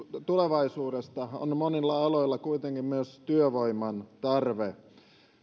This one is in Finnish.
tulevaisuudesta on monilla aloilla kuitenkin myös työvoiman tarve